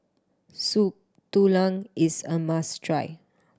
Soup Tulang is a must try